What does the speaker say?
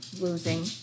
losing